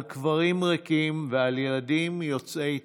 על קברים ריקים ועל ילדים יוצאי תימן,